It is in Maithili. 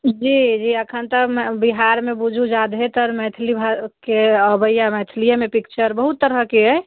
जी जी अखन तऽ बिहारमे बुझू जे जादहेतर मैथलीयेके अबैया मैथलीयेमे पिक्चर बहुत तरहके अइ